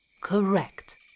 Correct